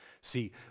See